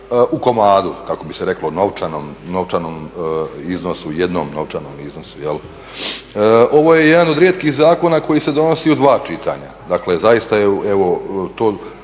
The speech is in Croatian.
u komadu kako bi se reklo, novčanom iznosu, jednom novčanom iznosu. Ovo je jedan od rijetkih zakona koji se donosi u dva čitanja, dakle zaista je to